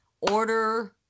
order